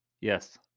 Yes